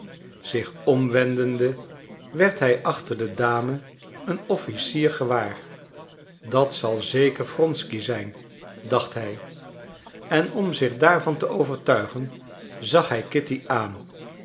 zich omwendende werd hij achter de dame een officier gewaar dat zal zeker wronsky zijn dacht hij en om zich daarvan te overtuigen zag hij kitty aan